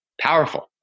powerful